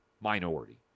minority